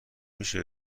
میشه